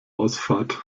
ausfahrt